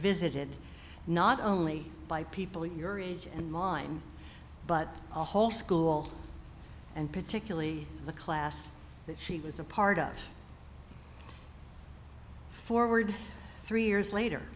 visited not only by people your age and mine but the whole school and particularly the class that she was a part of forward three years later